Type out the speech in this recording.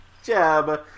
jab